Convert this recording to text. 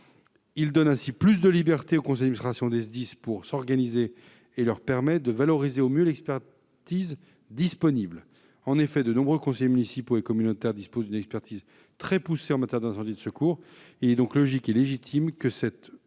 donne ainsi davantage de libertés aux conseils d'administration des SDIS pour s'organiser et il leur permet de valoriser au mieux l'expertise disponible. En effet, de nombreux conseillers municipaux et communautaires disposent d'une expertise très poussée en matière d'incendie et de secours. Il est donc logique et légitime que cette priorité